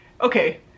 Okay